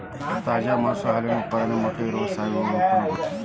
ತಾಜಾ ಮಾಂಸಾ ಹಾಲಿನ ಉತ್ಪಾದನೆ ಮೊಟ್ಟೆ ಇವ ಸಾವಯುವ ಉತ್ಪನ್ನಗಳು